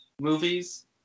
movies